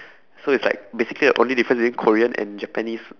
so it's like basically the only difference between korean and japanese